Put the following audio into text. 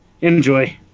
enjoy